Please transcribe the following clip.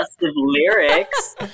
lyrics